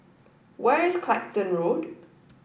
where is Clacton Road